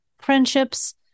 friendships